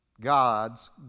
God's